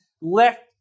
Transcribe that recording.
left